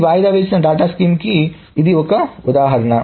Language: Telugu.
ఈ వాయిదా వేసిన డేటాబేస్ స్కీమ్ కి ఇది ఒక ఉదాహరణ